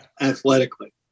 athletically